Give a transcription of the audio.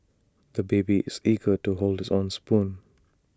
the baby is eager to hold his own spoon